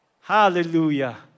Hallelujah